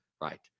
Right